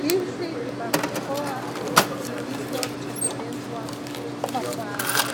Hizi ni barakoa zilizotengenezwa kwa mbao,